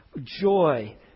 joy